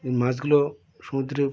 এই মাছগুলো সমুদ্রে